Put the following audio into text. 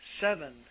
seven